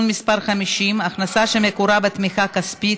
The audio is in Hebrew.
מס' 50) (הכנסה שמקורה בתמיכה כספית),